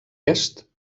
est